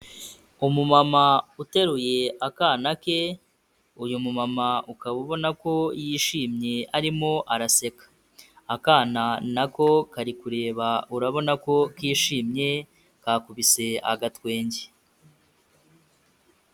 Umumama uteruye akana ke, uyu mumama ukaba ubona ko yishimye arimo araseka, akana na ko kari kureba urabona ko kishimye kakubise agatwenge.